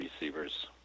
receivers